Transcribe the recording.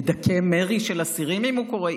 לדכא מרי של אסירים אם הוא קורה,